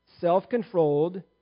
self-controlled